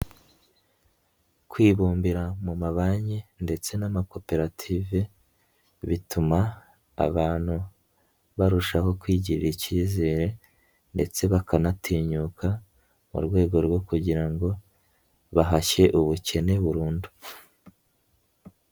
Kwibumbira mu mabanki ndetse n'amakoperative, bituma abantu barushaho kwigirira icyizere ndetse bakanatinyuka, mu rwego rwo kugira ngo bahashye ubukene burundu.